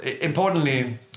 importantly